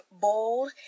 bold